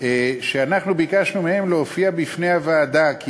אנחנו ביקשנו מהם להופיע בפני הוועדה כי